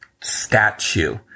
statue